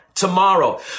tomorrow